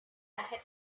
had